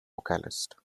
vocalist